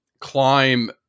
climb